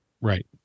Right